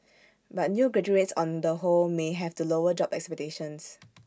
but new graduates on the whole may have to lower job expectations